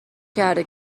کرده